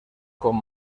con